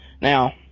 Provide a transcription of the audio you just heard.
now